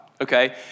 Okay